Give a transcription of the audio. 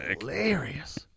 hilarious